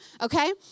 okay